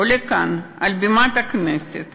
עולה כאן על בימת הכנסת